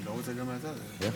אתה מונע ממני להציג חוק שלי.